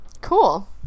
cool